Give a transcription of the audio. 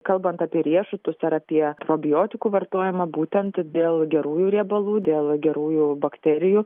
kalbant apie riešutus ar apie probiotikų vartojimą būtent dėl gerųjų riebalų dėl gerųjų bakterijų